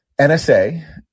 NSA